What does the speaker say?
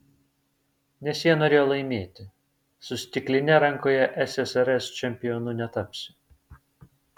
nes jie norėjo laimėti su stikline rankoje ssrs čempionu netapsi